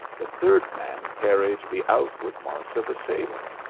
the third man carried the outward marks of a sailor.